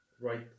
right